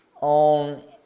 on